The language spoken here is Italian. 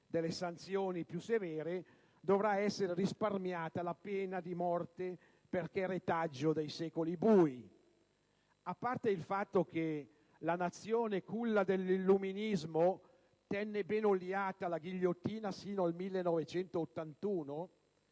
delle sanzioni più severe, dovrà essere risparmiata la pena di morte perché retaggio di secoli bui. A parte il fatto che la Nazione culla dell'illuminismo tenne bene oliata la ghigliottina fino al 1981,